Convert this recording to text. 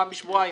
פעם בשבועיים,